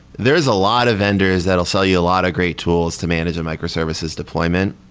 there is a lot of vendors that will sell you a lot of great tools to manage a microservices deployment.